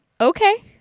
Okay